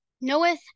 knoweth